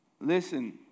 Listen